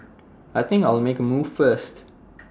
I think I'll make A move first